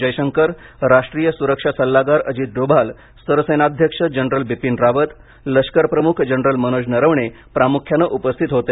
जयशंकर राष्ट्रीय सुरक्षा सल्लागर अजित डोभाल सरसेनाध्यक्ष जनरल बिपिन रावत लष्कर प्रमुख जनरल मनोज नरवणे प्रामुख्याने उपस्थित होते